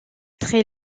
très